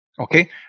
okay